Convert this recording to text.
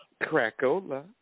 Crackola